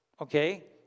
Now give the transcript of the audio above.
okay